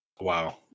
Wow